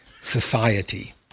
society